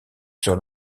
sur